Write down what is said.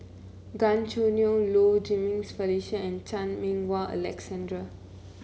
Gan Choo Neo Low Jimenez Felicia and Chan Meng Wah Alexander